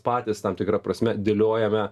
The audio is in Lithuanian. patys tam tikra prasme dėliojame